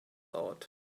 thought